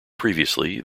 previously